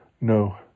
No